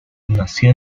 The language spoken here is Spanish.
nació